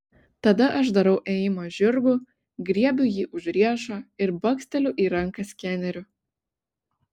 tada aš darau ėjimą žirgu griebiu jį už riešo ir baksteliu į ranką skeneriu